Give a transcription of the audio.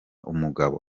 umugabo